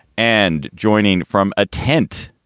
and joining from a tent,